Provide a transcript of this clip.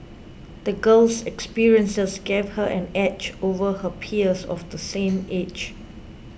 the girl's experiences gave her an edge over her peers of the same age